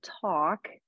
talk